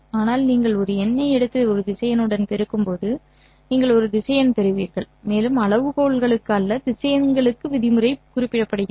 ஆனால் நீங்கள் ஒரு எண்ணை எடுத்து ஒரு திசையனுடன் பெருக்கும்போது நீங்கள் ஒரு திசையன் பெறுவீர்கள் மேலும் அளவுகோல்களுக்கு அல்ல திசையன்களுக்கு விதிமுறை குறிப்பிடப்படுகிறது